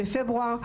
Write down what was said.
בפברואר,